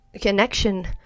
connection